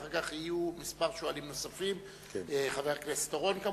ואחר כך יהיו כמה שואלים נוספים: חבר הכנסת אורון,